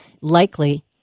Likely